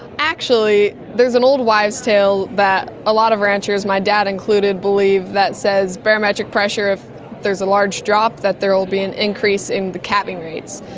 actually there's an old wives' tale that a lot of ranchers, my dad included, believe, that says barometric pressure, if there's a large drop that there will be an increase in the calving rates.